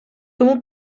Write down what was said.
тому